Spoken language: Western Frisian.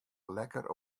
lekker